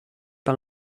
par